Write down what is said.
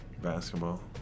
Basketball